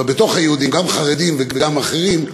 ובתוך היהודים גם חרדים וגם אחרים,